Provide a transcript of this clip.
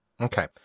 Okay